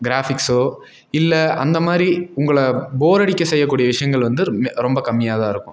க்ராஃபிக்ஸோ இல்லை அந்த மாதிரி உங்களை போர் அடிக்க செய்யக்கூடிய விஷயங்கள் வந்து ரொம்ப கம்மியாகதான் இருக்கும்